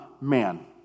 man